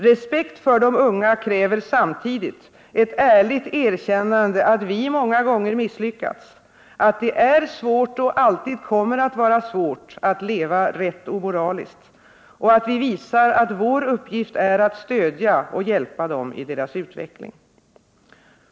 Respekt för de unga kräver samtidigt ett ärligt erkännande att vi många gånger misslyckats, att det är svårt och alltid kommer att vara svårt att leva rätt och moraliskt, och att vi visar att vår uppgift är att stödja och hjälpa dem i deras utveckling.